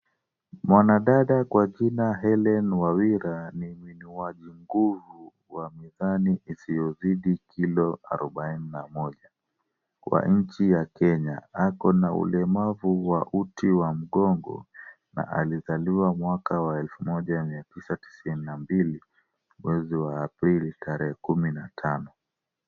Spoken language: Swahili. Mwanadada kwa jina Helen Wawira ni nini wazo kuu wa mizani isiyozidi kilo arubaini na moja. Kwa nchi ya Kenya, ako na ulemavu wa uti wa mgongo, na alizaliwa mwaka 1992, mwezi wa Aprili tarehe 15.